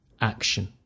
action